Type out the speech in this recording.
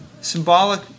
symbolic